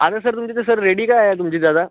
आता सर तुमच्या इथे सर रेडी काय आहे तुमच्या इथे आता